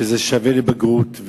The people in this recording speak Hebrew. שזה שווה לבגרות.